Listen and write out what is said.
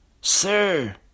sir